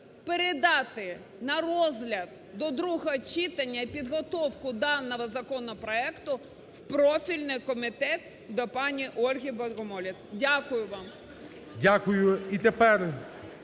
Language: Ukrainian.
передати на розгляд до другого читання підготовку даного законопроекту в профільний комітет до пані Ольги Богомолець. Дякую вам. ГОЛОВУЮЧИЙ. Дякую. І тепер